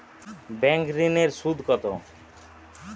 Bank ঋন এর সুদ কত?